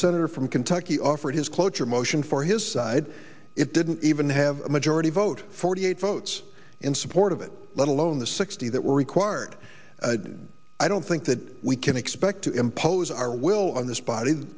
senator from kentucky offered his cloture motion for his side it didn't even have a majority vote forty eight votes in support of it let alone the sixty that were required i don't think that we can expect to impose our will on this body